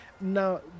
now